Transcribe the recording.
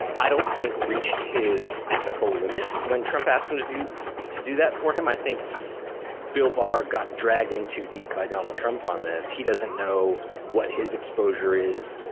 i don't think reached his ethical limit when trump asked them to do to do that for him i think bill bar got dragged in too deep by donald trump on this. he doesn't know what his exposure is.